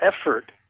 effort